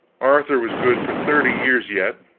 arthur was good for thirty years yet,